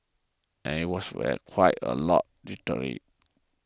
and it was quite a lot literally